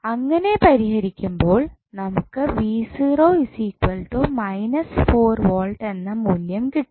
അങ്ങനെ പരിഹരിക്കുമ്പോൾ നമുക്ക് V എന്ന മൂല്യം കിട്ടും